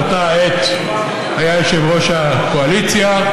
שבאותה העת היה יושב-ראש הקואליציה,